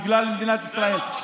בגלל מדינת ישראל,